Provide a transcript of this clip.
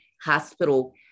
hospital